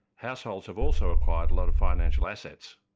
households have also acquired a lot of financial assets.